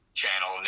channel